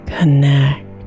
Connect